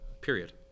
Period